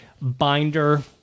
binder